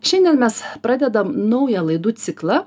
šiandien mes pradedam naują laidų ciklą